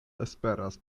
esperas